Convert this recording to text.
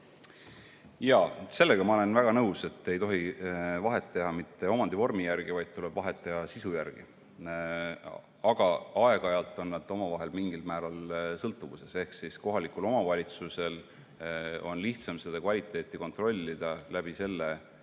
Jaa, sellega ma olen väga nõus, et ei tohi vahet teha mitte omandivormi järgi, vaid tuleb vahet teha sisu järgi. Aga aeg-ajalt on nad omavahel mingil määral sõltuvuses. Ehk kohalikul omavalitsusel on lihtsam kvaliteeti kontrollida sellega,